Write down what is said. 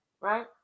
Right